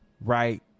right